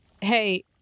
Hey